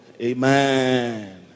Amen